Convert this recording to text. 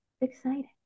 exciting